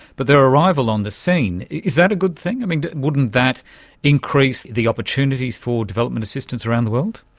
but their arrival on the scene, is that a good thing? wouldn't that increase the opportunities for development assistance around the world?